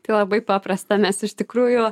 tai labai paprasta mes iš tikrųjų